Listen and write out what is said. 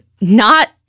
not-